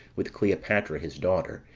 with cleopatra his daughter,